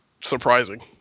surprising